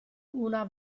una